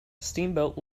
steamboat